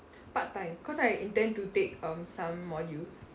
part time cause I intend to take um some modules